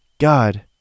God